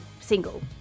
single